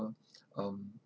um